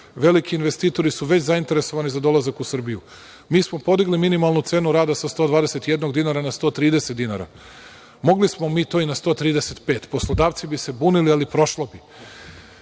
Veliki investitori su već zainteresovani za dolazak u Srbiju. Mi smo podigli minimalnu cenu rada sa 121 dinara na 130 dinara. Mogli smo mi to i na 135 dinara. Poslodavci bi se bunili, ali prošlo bi.